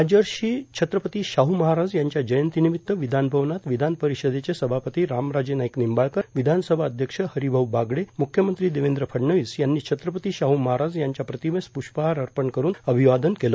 राजर्षी छत्रपती शाह महाराज यांच्या जयंतीनिमित विधानभवनात विधानपरिषदचे सभापती रामराजे नाईक निंबाळकर विधानसभा अध्यक्ष हरिभाऊ बागडे मुख्यमंत्री देवेंद्र फडणवीस यांनी छत्रपती शाह महाराज यांच्या प्रतिमेस प्ष्पहार अर्पण करून अभिवादन केले